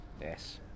yes